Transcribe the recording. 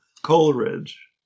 Coleridge